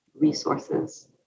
resources